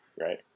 Right